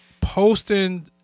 posting